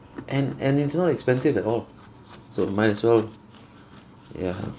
and and it's not expensive at all so might as well ya